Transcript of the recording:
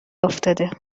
افتاده